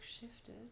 shifted